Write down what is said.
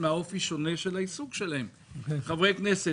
כפי שעודכנה לפי סעיף 1. ואילך תחילה3.